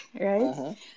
right